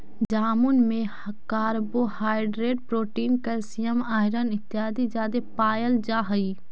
जामुन में carbohydrate protein calcium iron इत्यादि जादे पायल जा हई